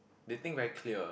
they think very clear